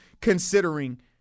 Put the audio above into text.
considering